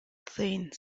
thing